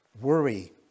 worry